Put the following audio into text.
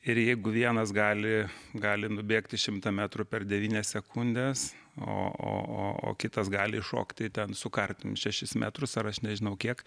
ir jeigu vienas gali gali nubėgti šimtą metrų per devynias sekundes o o o o kitas gali iššokti ten su kartim šešis metrus ar aš nežinau kiek